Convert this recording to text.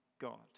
God